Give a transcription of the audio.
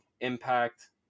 Impact